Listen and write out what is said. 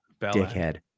dickhead